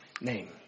name